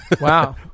Wow